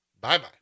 Bye-bye